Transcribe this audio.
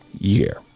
year